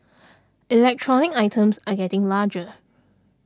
electronic items are getting larger